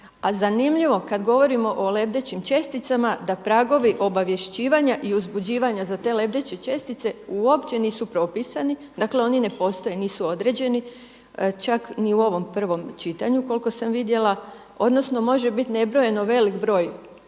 A zanimljivo kad govorimo o lebdećim česticama da pragovi obavješćivanja i uzbuđivanja za te lebdeće čestice uopće nisu propisani, dakle oni ne postoje, nisu određeni čak ni u ovom prvom čitanju koliko sam vidjela, odnosno može biti nebrojeno velik broj